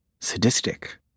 sadistic